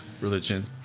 religion